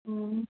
ও